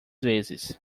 vezes